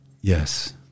Yes